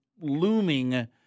looming